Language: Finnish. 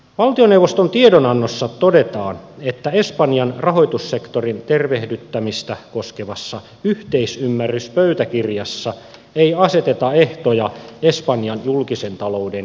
valtioneuvoston tiedonannossa todetaan että espanjan rahoitussektorin tervehdyttämistä koskevassa yhteisymmärryspöytäkirjassa ei aseteta ehtoja espanjan julkisen talouden tervehdyttämiselle